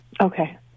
Okay